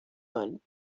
one